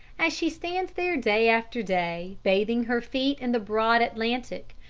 as she stands there day after day, bathing her feet in the broad atlantic,